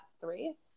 three